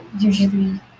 Usually